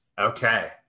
Okay